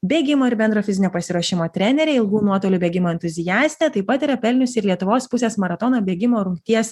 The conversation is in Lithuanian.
bėgimo ir bendro fizinio pasiruošimo trenerė ilgų nuotolių bėgimo entuziastė taip pat yra pelniusi ir lietuvos pusės maratono bėgimo rungties